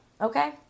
okay